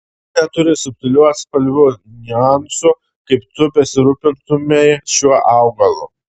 ji neturi subtilių atspalvių niuansų kaip tu besirūpintumei šiuo augalu